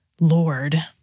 Lord